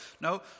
No